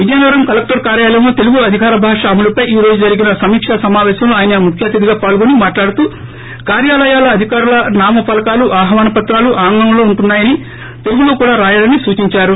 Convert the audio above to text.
Vizianagaram collector కార్యాలయంలో తెలుగు అధికార భాష అమలు పై ఈ రోజు జరిగిన సమీక్ష సమావేశంలో ఆయన ముఖ్య అతిధిగా పాల్గొని మాట్హడుతూ కార్యాలయాల అధికారుల నామ ఫలకాలు ఆహ్వాన పత్రాలు ఆంగ్లం లో ఉంటున్నాయని తెలుగులో కూడా రాయాలని సూచించారు